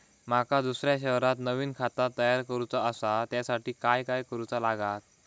माका दुसऱ्या शहरात नवीन खाता तयार करूचा असा त्याच्यासाठी काय काय करू चा लागात?